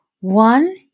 One